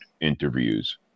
interviews